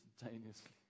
instantaneously